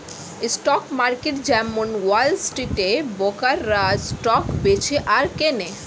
stock market যেমন wall স্ট্রিটে ব্রোকাররা স্টক বেচে আর কেনে